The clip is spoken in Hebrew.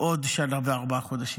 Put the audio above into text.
עוד שנה וארבעה חודשים,